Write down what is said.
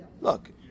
look